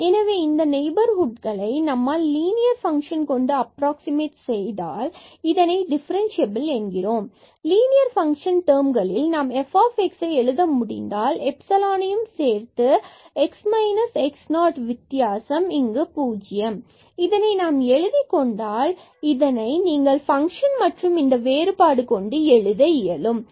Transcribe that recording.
எனவே இந்த நெய்பர்ஹுட்கள் நம்மால் லீனியர் பங்க்ஷன் கொண்டு அப்ராக்ஸிமட் செய்தால் இதனை டிஃபரண்ட்சியபில் என்கிறோம் லீனியர் பன்க்ஷனின் டெர்ம்களில் நாம் fஐ எழுத முடிந்தால் எப்சிலானையும் சேர்த்து x x0 தான் வித்யாசம் மற்றும் இது ௦ ஆகும் இதனை நாம் எழுதி கொண்டால் இதனை நீங்கள் பங்க்ஷன் மற்றும் இந்த வேறுபாடு கொண்டு எழுத இயலும்